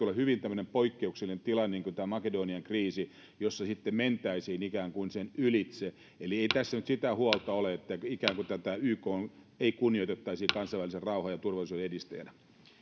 olla tämmöinen hyvin poikkeuksellinen tilanne niin kuin tämä makedonian kriisi jossa sitten mentäisiin ikään kuin sen ylitse eli ei tässä nyt sitä huolta ole että ikään kuin ykta ei kunnioitettaisi kansainvälisen rauhan ja turvallisuuden edistäjänä